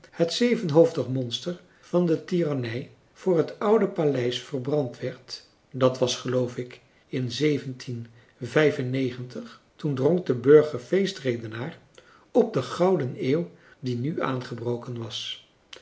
het zevenhoofdig monster van de tirannij voor het oude paleis verbrand werd dat was geloof ik in zeventien vijf en negentig toen dronk de burger feestredenaar op de gouden eeuw die nu aangebroken was